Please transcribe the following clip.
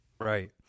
Right